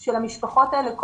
של המשפחות האלה,